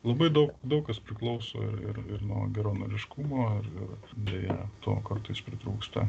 labai daug daug kas priklauso ir irnuo geranoriškumo ir ir deja to kartais pritrūksta